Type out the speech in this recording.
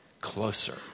closer